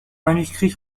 manuscrit